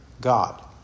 God